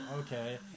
okay